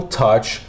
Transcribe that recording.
touch